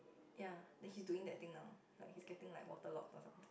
ya then he's doing that thing now like he's getting like waterlogged or something